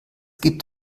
gibt